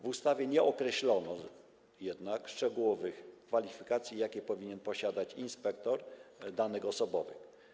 W ustawie nie określono jednak szczegółowych kwalifikacji, jakie powinien posiadać inspektor danych osobowych.